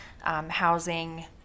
housing